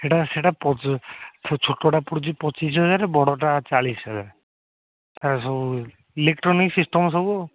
ସେଇଟା ସେଇଟା ପଡ଼ୁଛି ଛୋଟଟା ପଡ଼ୁଛି ପଚିଶ ହଜାର ବଡ଼ଟା ଚାଳିଶ ହଜାର ତା'ର ସବୁ ଇଲେକ୍ଟ୍ରୋନିକ୍ ସିଷ୍ଟମ୍ ସବୁ ଆଉ